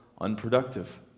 Unproductive